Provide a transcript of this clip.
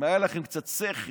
אם היה לכם קצת שכל